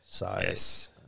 Yes